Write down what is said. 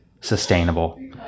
sustainable